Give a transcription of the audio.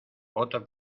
otro